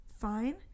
fine